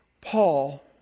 Paul